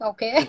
Okay